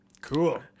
Cool